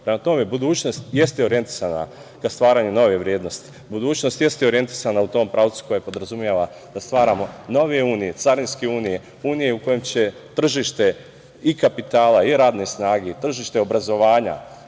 Prema tome, budućnost jeste orjentisana na stvaranje nove vrednosti, budućnost jeste orjentisana u tom pravcu koja podrazumeva da stvaramo nove unije, carinske unije, unije u kojim će tržišta i kapitala i radne snage i tržište obrazovanja,